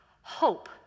Hope